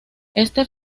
este